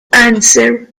answer